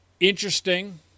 Interesting